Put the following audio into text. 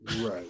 Right